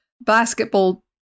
basketball